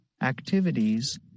activities